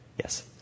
Yes